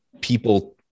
people